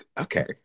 okay